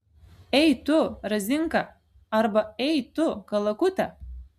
ei tu razinka arba ei tu kalakute